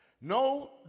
No